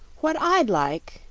what i'd like,